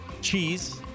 cheese